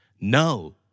no